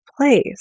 place